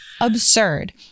absurd